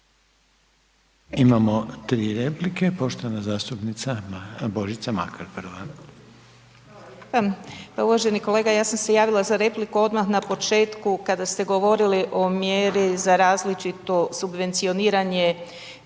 Imamo 3 replike, poštovana zastupnica Božica Makar, prva. **Makar, Božica (HNS)** Poštovani kolega, ja sam se javila za repliku odmah na početku kada ste govorili o mjeru za različito subvencioniranje